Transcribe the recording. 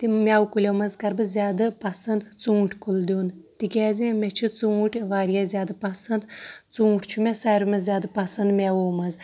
تِم میوٕ کُلیو منٛز کَرٕ بہٕ زیادٕ پَسنٛد ژوٗنٛٹھۍ کُل دیُٚن تِکیٛازِ مےٚ چھِ ژوٗنٛٹھۍ واریاہ زیادٕ پَسنٛد ژوٗنٛٹھ چھُ مےٚ ساروٕے منٛزٕ زیادٕ پَسنٛد میوَو منٛز